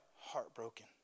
Heartbroken